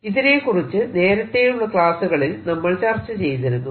ഇതിനെകുറിച്ച് നേരത്തെയുള്ള ക്ലാസ്സുകളിൽ നമ്മൾ ചർച്ച ചെയ്തിരുന്നു